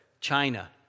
China